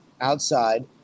outside